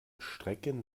strecken